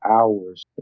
hours